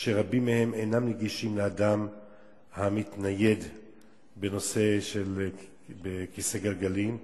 ורבים מהם אינם נגישים לאדם המתנייד בכיסא גלגלים,